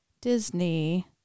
Disney